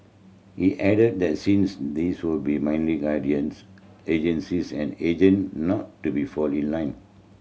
he added that since these were be merely agencies and agent not to be fall in line